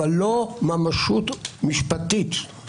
אבל לא ממשות משפטית,